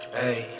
hey